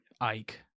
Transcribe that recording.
Ike